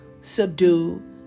subdue